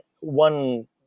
one